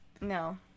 no